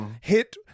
hit